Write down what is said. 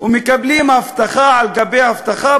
ומקבלים הבטחה על-גבי הבטחה.